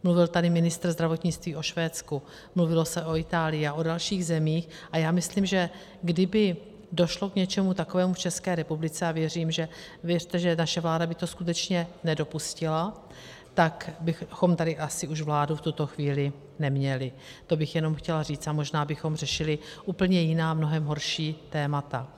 Mluvil tady ministr zdravotnictví o Švédsku, mluvilo se o Itálii a dalších zemích a já myslím, že kdyby došlo k něčemu takovému v České republice a věřte, že naše vláda by to skutečně nedopustila tak bychom tady asi už vládu v tuto chvíli neměli, to bych jenom chtěla říci, a možná bychom řešili úplně jiná a mnohem horší témata.